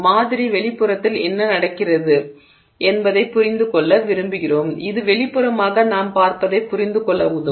மாதிரி வெளிப்புறத்தில் என்ன நடக்கிறது என்பதைப் புரிந்துகொள்ள விரும்புகிறோம் இது வெளிப்புறமாக நாம் பார்ப்பதைப் புரிந்துகொள்ள உதவும்